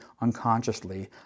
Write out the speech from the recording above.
unconsciously